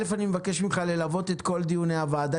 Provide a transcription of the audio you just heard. אני מבקש ממך ללוות את כל דיוני הוועדה